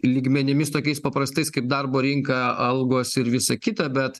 lygmenimis tokiais paprastais kaip darbo rinka algos ir visa kita bet